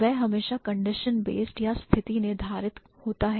वह हमेशा condition based या स्थिति निर्धारित होता है